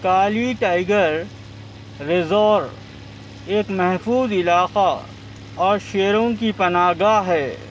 کالی tiger reserve ایک محفوظ علاقہ اور شیروں کی پناہ گاہ ہے